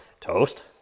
toast